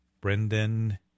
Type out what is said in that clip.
Brendan